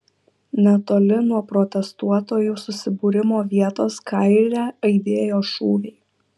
netoli nuo protestuotojų susibūrimo vietos kaire aidėjo šūviai